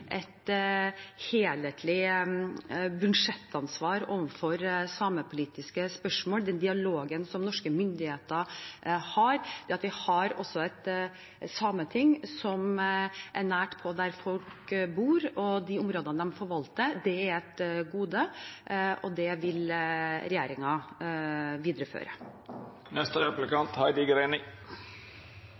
et helhetlig budsjettansvar overfor samepolitiske spørsmål, den dialogen norske myndigheter har, det at vi har et sameting som er nært på der folk bor, og de områdene de forvalter, er et gode, og det vil